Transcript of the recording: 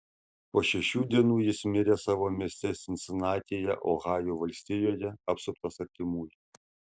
po šešių dienų jis mirė savo mieste sinsinatyje ohajo valstijoje apsuptas artimųjų